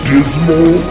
Dismal